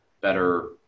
better